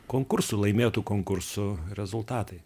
konkursų laimėtų konkursų rezultatai